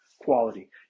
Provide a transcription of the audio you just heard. quality